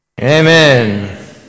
Amen